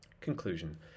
Conclusion